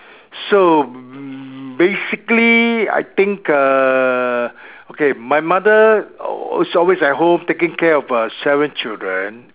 so basically I think err okay my mother is always at home taking care of uh seven children